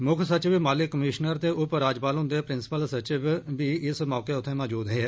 मुक्ख सचिव माली कमीशनर ते उप राज्यपाल हन्दे प्रिंसिपल सचिव बी इस मौके उत्थे मौजूद हे